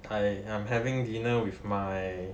I I'm having dinner with my